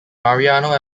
mariano